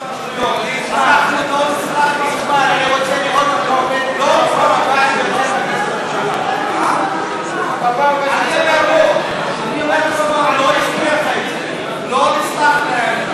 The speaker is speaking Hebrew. נסלח להם.